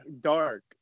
Dark